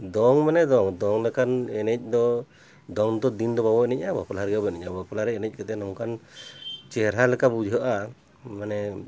ᱫᱚᱝ ᱢᱟᱱᱮ ᱫᱚᱝ ᱫᱚᱝ ᱞᱮᱠᱟᱱ ᱮᱱᱮᱡ ᱫᱚ ᱫᱚᱝ ᱫᱚ ᱫᱤᱱ ᱫᱚ ᱵᱟᱵᱚ ᱱᱮᱱᱮᱡᱼᱟ ᱵᱟᱯᱞᱟ ᱨᱮᱜᱮᱵᱚᱱ ᱮᱱᱮᱡᱟ ᱵᱟᱯᱞᱟ ᱨᱮ ᱮᱱᱮᱡ ᱠᱟᱛᱮᱫ ᱱᱚᱝᱠᱟᱱ ᱪᱮᱦᱨᱟ ᱞᱮᱠᱟ ᱵᱩᱡᱷᱟᱹᱜᱼᱟ ᱢᱟᱱᱮ